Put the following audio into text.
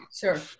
Sure